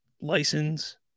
license